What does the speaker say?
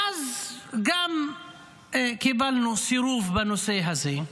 ואז גם קיבלנו סירוב בנושא הזה,